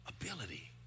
ability